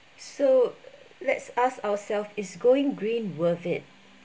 so let's ask ourselves is going green worth it